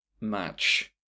match